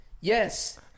Yes